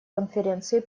конференции